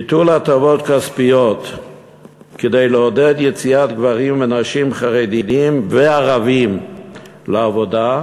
ביטול הטבות כספיות כדי לעודד יציאת גברים ונשים חרדים וערבים לעבודה,